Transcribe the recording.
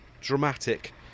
dramatic